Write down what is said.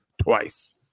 twice